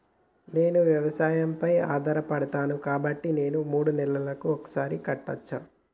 నేను వ్యవసాయం పై ఆధారపడతాను కాబట్టి నేను మూడు నెలలకు ఒక్కసారి కట్టచ్చా?